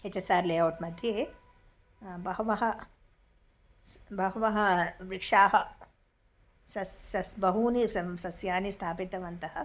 H S R layout मध्ये बहवः स् बहवः वृक्षाः सस्यानि बहूनि स सस्यानि स्थापितवन्तः